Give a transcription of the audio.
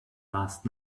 last